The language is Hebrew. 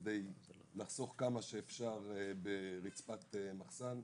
כדי לחסוך כמה שאפשר ברצפת מחסן.